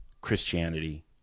Christianity